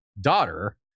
daughter